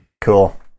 Cool